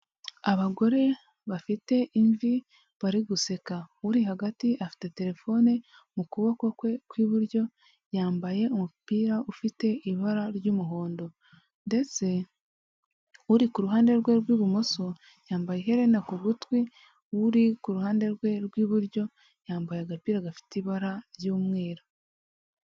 Abagore bafite imvi bari guseka, uri hagati afite telefone mu kuboko kwe kw'iburyo, yambaye umupira ufite ibara ry'umuhondo ndetse uri ku ruhande rwe rw'ibumoso, yambaye iherena ku gutwi, uri ku ruhande rwe rw'iburyo, yambaye agapira gafite ibara ry'umweru.